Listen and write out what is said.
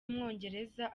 w’umwongereza